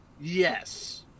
Yes